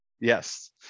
yes